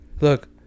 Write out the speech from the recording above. Look